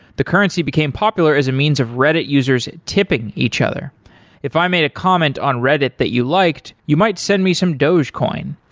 the currency became popular as a means of reddit users tipping each other if i made a comment on reddit that you liked, you might send me some doge coin.